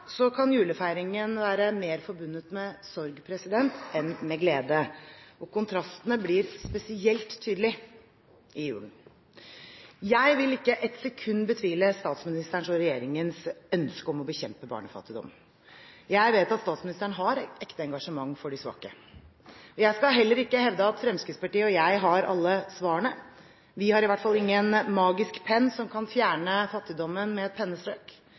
kan julefeiringen være mer forbundet med sorg enn med glede, og kontrastene blir spesielt tydelige i julen. Jeg vil ikke ett sekund betvile statsministerens og regjeringens ønske om å bekjempe barnefattigdom. Jeg vet at statsministeren har ekte engasjement for de svake. Jeg skal heller ikke hevde at Fremskrittspartiet og jeg har alle svarene. Vi har i hvert fall ingen magisk penn som kan fjerne fattigdommen med et pennestrøk.